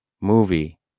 movie